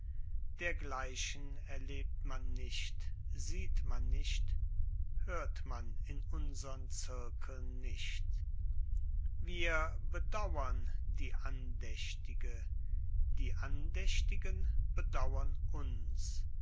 dergleichen erlebt man nicht sieht man nicht hört man in unsern zirkeln nicht wir bedauren die andächtige die andächtigen bedauren uns